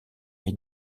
est